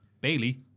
Bailey